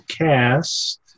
cast